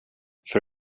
för